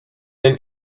den